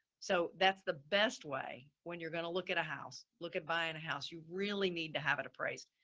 so that's the best way. when you're going to look at a house, look at buying a house, you really need to have it appraised.